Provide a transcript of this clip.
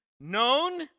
known